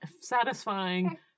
satisfying